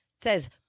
says